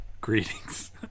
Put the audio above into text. Greetings